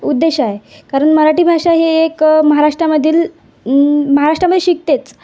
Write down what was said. उद्देश आहे कारण मराठी भाषा ही एक महाराष्ट्रामधील महाराष्टामध्ये शिकतेच